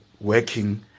working